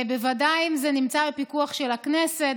בוודאי אם זה נמצא בפיקוח של הכנסת,